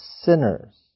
sinners